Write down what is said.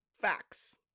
facts